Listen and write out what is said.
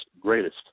greatest